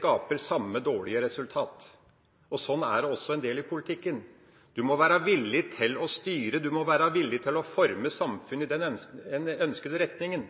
skaper samme dårlige resultat. Sånn er det også delvis i politikken. En må være villig til å styre, en må være villig til å forme samfunnet i den ønskede retningen.